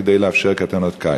כדי לאפשר קייטנות קיץ.